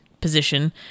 position